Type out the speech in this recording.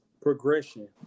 progression